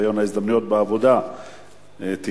שוויון ההזדמנויות בעבודה (תיקון,